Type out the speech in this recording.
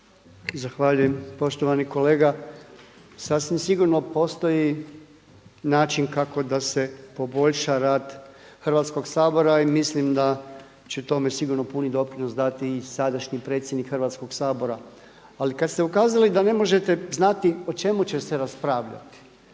Zahvaljujem poštovani kolege. Sasvim sigurno postoji način kako da se poboljša rad Hrvatskog sabora i mislim da će tome sigurno puni doprinos dati i sadašnji predsjednik Hrvatskoga sabora ali kada ste ukazali da ne možete znati o čemu će se raspravljati.